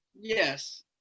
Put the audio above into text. Yes